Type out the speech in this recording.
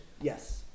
Yes